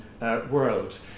world